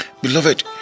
Beloved